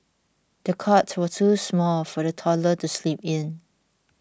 the cot was too small for the toddler to sleep in